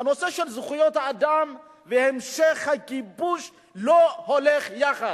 הנושא של זכויות האדם והמשך הכיבוש לא הולך יחד.